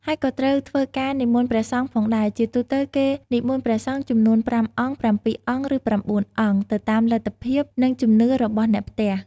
ហើយក៏ត្រូវ ធ្វើការនិមន្តព្រះសង្ឃផងដែរ ជាទូទៅ គេនិមន្តព្រះសង្ឃចំនួន ៥ អង្គ ៧ អង្គ ឬ ៩ អង្គ ទៅតាមលទ្ធភាព និងជំនឿរបស់អ្នកផ្ទះ។